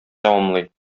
тәмамлый